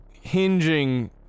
hinging